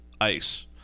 ice